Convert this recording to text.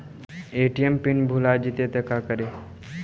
ATM pin भुला जाए तो का करी?